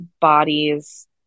bodies